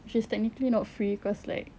which is technically not free cause like